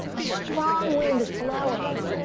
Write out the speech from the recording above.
a strong wind is blowing.